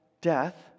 death